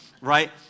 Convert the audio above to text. right